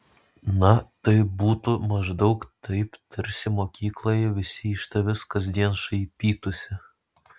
na tai būtų maždaug taip tarsi mokykloje visi iš tavęs kasdien šaipytųsi